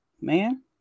man